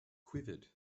quivered